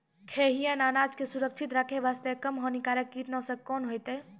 खैहियन अनाज के सुरक्षित रखे बास्ते, कम हानिकर कीटनासक कोंन होइतै?